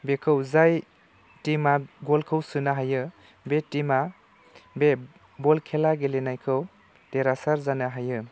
बेखौ जाय टिमा गलखौ सोनो हायो बे टिमा बे बल खेला गेलेनायखौ देरहासार जानो हायो